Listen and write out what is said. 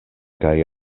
kaj